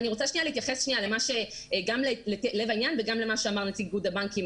אני רוצה להתייחס גם ללב העניין וגם למה שאמר נציג איגוד הבנקים,